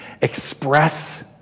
express